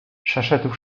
przeszedł